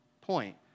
point